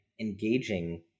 engaging